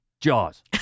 Jaws